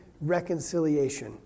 reconciliation